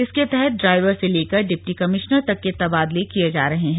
इसके तहत ड्राइवर से लेकर डिप्टी कमिश्नर तक के तबादले किए जा रहे हैं